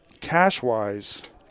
cash-wise